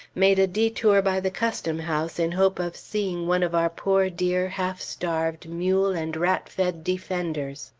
made a detour by the custom-house in hope of seeing one of our poor dear half-starved mule and rat fed defenders.